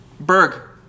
Berg